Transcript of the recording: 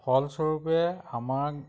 ফলস্বৰূপে আমাক